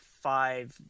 five